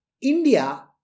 India